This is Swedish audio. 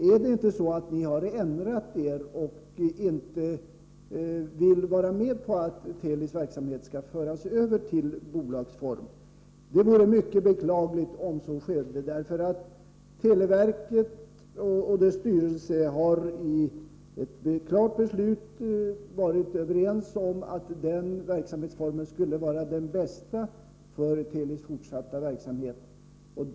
Är det inte så att ni har ändrat er och inte vill vara med om att Telis verksamhet skall föras över till bolagsform? Det vore mycket beklagligt om så var fallet. Man har i televerkets styrelse i ett beslut varit överens om att den verksamhetsformen skulle vara den bästa för Telis fortsatta verksamhet.